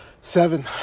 Seven